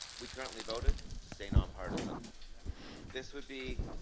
we currently voted to stay nonpartisan yeah this would be